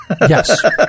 Yes